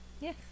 yes